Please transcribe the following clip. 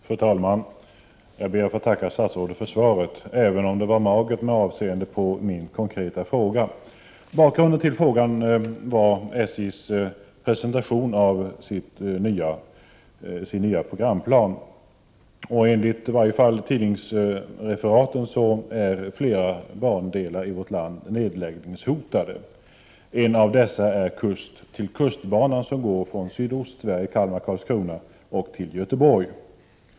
Fru talman! Jag ber att få tacka statsrådet för svaret, även om det var magert med avseende på min konkreta fråga. Bakgrunden till frågan är SJ:s presentation av en ny programplan. I varje fall enligt tidningsreferat är flera bandelar i vårt land nedläggningshotade. En av dessa är kust-till-kust-banan på sträckan Kalmar-Karlskrona-Göteborg.